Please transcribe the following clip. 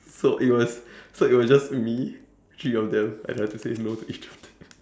so it was so it was just me three of them and I had to say no to each of them